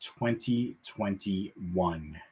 2021